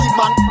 man